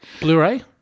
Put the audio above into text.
Blu-ray